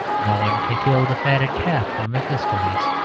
no one can kill the fatted calf for mephistopheles.